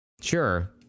sure